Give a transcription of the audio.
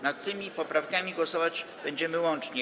Nad tymi poprawkami głosować będziemy łącznie.